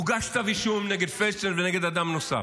הוגש כתב אישום נגד פלדשטיין ונגד אדם נוסף.